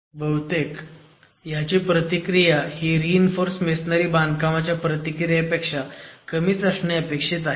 बहुतेक ह्याची प्रीतिक्रिया ही रीइन्फोर्स मेसोनरी बांधकामच्या प्रतिक्रियेपेक्षा कमीच असणे अपेक्षित आहे